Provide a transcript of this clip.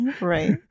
Right